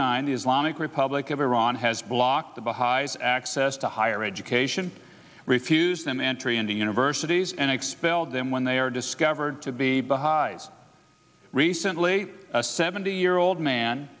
nine islamic republic of iran has blocked the bahais access to higher education refused them entry into universities and expelled them when they are discovered to be the highs recently a seventy year old man